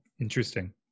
interesting